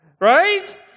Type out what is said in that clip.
right